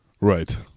Right